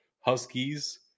Huskies